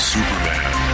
Superman